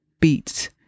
beats